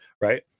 right